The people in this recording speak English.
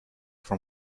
from